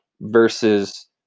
versus